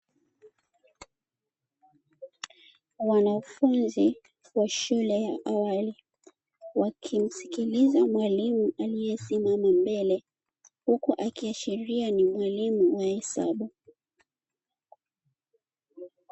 Wanafunzi wa shule ya awali. Wakimskiliza mwalimu aliyesimama mbele huku akiashiria ni mwalimu wa hesabu.